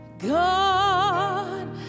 God